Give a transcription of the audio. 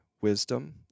wisdom